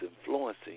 influencing